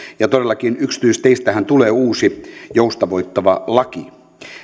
ja todellakin yksityisteistähän tulee uusi joustavoittava laki